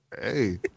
Hey